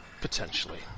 Potentially